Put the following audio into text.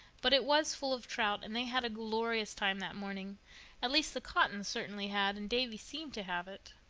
but it was full of trout, and they had a glorious time that morning at least the cottons certainly had, and davy seemed to have it.